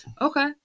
Okay